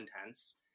intense